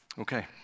Okay